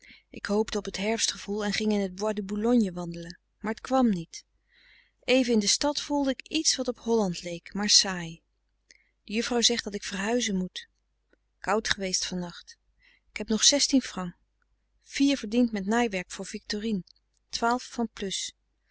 ik hoopte op het herfstgevoel en ging in het bois de boulogne wandelen maar het kwam niet even in de stad voelde ik iets wat op holland leek maar saai de juffrouw zegt dat ik verhuizen moet koud geweest van nacht ik heb nog francs vier verdiend met naaiwerk voor ictorine van